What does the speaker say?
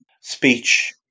speech